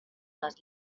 les